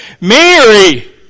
Mary